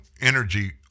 energy